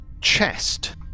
chest